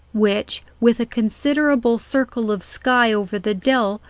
which, with a considerable circle of sky over the dell,